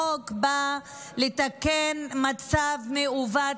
החוק בא לתקן מצב מעוות,